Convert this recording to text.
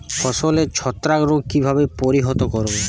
ফসলের ছত্রাক রোগ কিভাবে প্রতিহত করব?